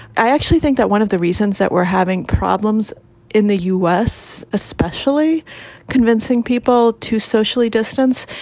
i actually think that one of the reasons that we're having problems in the u s, especially convincing people to socially distance,